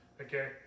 Okay